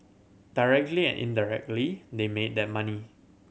directly and indirectly they made that money